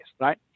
right